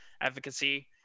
advocacy